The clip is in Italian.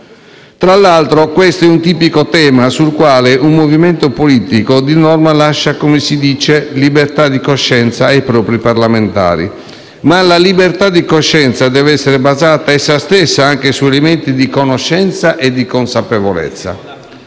Tra l'altro, questo è un tipico tema sul quale un movimento politico di norma lascia - come si dice - libertà di coscienza ai propri parlamentari. Ma la libertà di coscienza deve essere basata, essa stessa, anche su elementi di conoscenza e di consapevolezza.